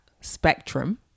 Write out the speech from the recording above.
spectrum